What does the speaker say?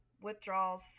withdrawals